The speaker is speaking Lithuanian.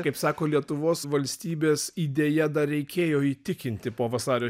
kaip sako lietuvos valstybės idėja dar reikėjo įtikinti po vasario